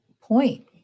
point